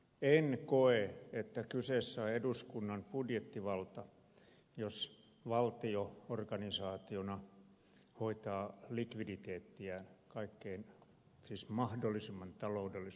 en koe että kyseessä on eduskunnan budjettivalta jos valtio organisaationa hoitaa likviditeettiään mahdollisimman taloudellisella tavalla